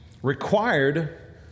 Required